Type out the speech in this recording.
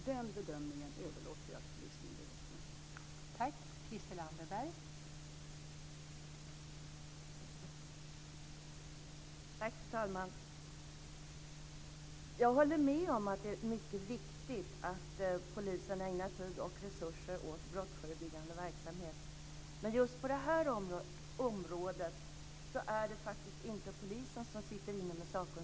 Den bedömningen överlåter jag till polismyndigheterna att göra.